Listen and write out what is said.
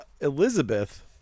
Elizabeth